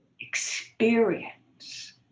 experience